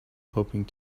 hoping